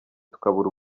tukabura